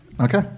Okay